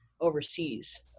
overseas